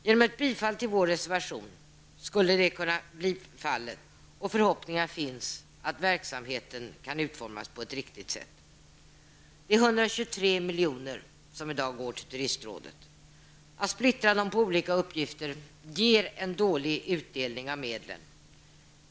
Genom ett bifall till vår reservation skulle det kunna bli fallet, och förhoppningar finns om att verksamheten kan utformas på ett riktigt sätt. I dag går 123 miljoner till turistrådet. Att splittra dessa pengar på olika uppgifter ger en dålig utdelning av medlen.